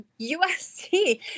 usc